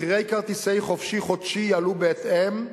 מחירי כרטיסי "חופשי חודשי" יעלו בהתאם.